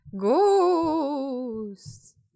Ghost